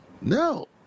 No